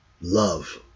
Love